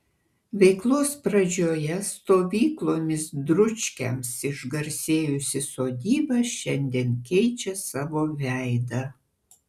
veiklos pradžioje stovyklomis dručkiams išgarsėjusi sodyba šiandien keičia savo veidą